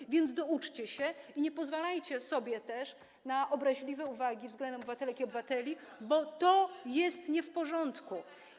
Tak więc douczcie się i nie pozwalajcie sobie na obraźliwe uwagi względem obywatelek i obywateli, bo to jest nie w porządku.